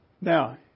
Now